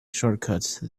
shortcuts